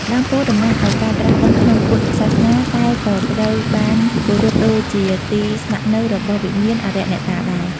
ដើមពោធិ៍តំណាងឱ្យការត្រាស់ដឹងក្នុងពុទ្ធសាសនា តែក៏ត្រូវបានគោរពដូចជាទីស្នាក់នៅរបស់វិញ្ញាណ អារក្សអ្នកតាដែរ។